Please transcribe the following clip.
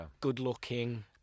good-looking